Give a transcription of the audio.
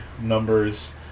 numbers